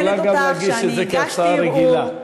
היא יכולה גם להגיד שזה, כהצעה רגילה.